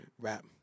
Rap